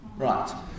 Right